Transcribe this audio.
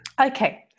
okay